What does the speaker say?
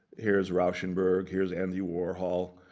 here's rauschenberg, here's andy warhol.